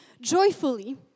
joyfully